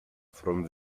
from